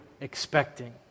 expecting